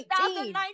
2019